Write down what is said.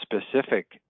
specific